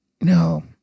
no